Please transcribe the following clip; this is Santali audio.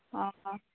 ᱚᱻ